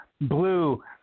Blue